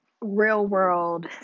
real-world